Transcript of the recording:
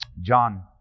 John